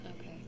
Okay